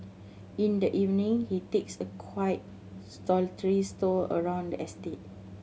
in the evening he takes a quiet solitary stroll around the estate